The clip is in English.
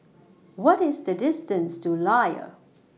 What IS The distance to Layar